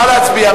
נא להצביע.